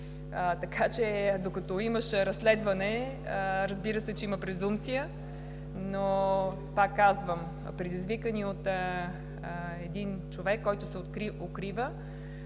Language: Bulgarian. Така че докато има разследване, разбира се, че има презумпция, но пак казвам: предизвикани от един човек, който се укрива,